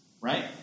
Right